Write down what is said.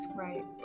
right